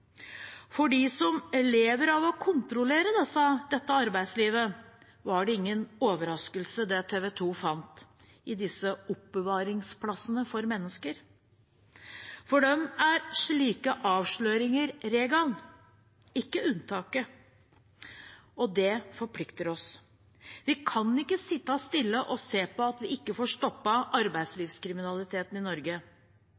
For dem som lever av å kontrollere dette arbeidslivet, var det ingen overraskelse det TV 2 fant i disse oppbevaringsplassene for mennesker. For dem er slike avsløringer regelen, ikke unntaket. Det forplikter oss. Vi kan ikke sitte stille og se på at vi ikke får